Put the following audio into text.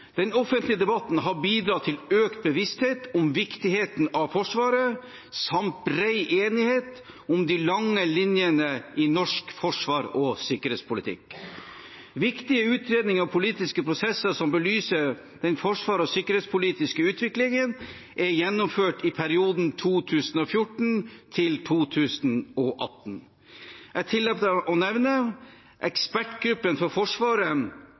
Den offentlige debatten har bidratt til økt bevissthet om viktigheten av Forsvaret samt bred enighet om de lange linjene i norsk forsvars- og sikkerhetspolitikk. Viktige utredninger og politiske prosesser som belyser den forsvars- og sikkerhetspolitiske utviklingen, er gjennomført i perioden 2014–2018. Jeg tillater meg å nevne Ekspertgruppen for forsvaret